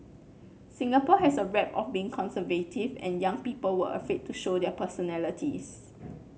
Singapore had a rep of being conservative and young people were afraid to show their personalities